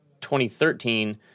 2013